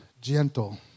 gentle